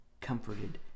comforted